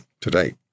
today